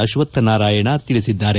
ಅಶ್ವಕ್ಷನಾರಾಯಣ ತಿಳಿಸಿದ್ದಾರೆ